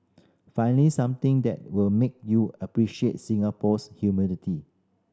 finally something that will make you appreciate Singapore's humidity